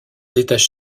étages